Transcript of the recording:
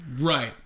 Right